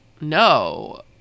no